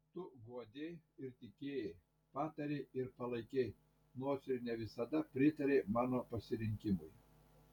tu guodei ir tikėjai patarei ir palaikei nors ir ne visada pritarei mano pasirinkimui